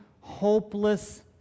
hopeless